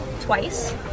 twice